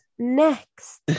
next